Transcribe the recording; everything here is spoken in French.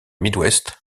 midwest